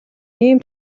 ийм